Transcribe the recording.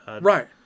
Right